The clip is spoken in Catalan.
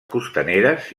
costaneres